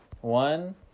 One